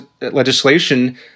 legislation